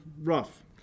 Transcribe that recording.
rough